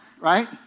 Right